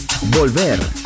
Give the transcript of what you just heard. Volver